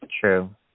True